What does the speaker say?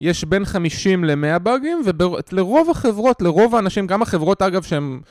יש בין 50 ל-100 באגים, ולרוב החברות, לרוב האנשים, גם החברות אגב שהן...